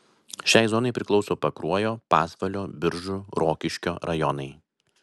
šiai zonai priklauso pakruojo pasvalio biržų rokiškio rajonai